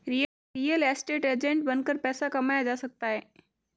real estate agent बनकर पैसा कमाया जा सकता है